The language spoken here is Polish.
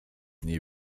nie